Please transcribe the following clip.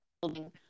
building